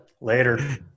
later